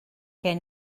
gen